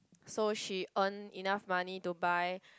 so she earns enough money to buy